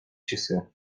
часы